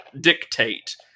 dictate